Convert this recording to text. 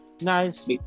Nice